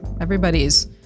Everybody's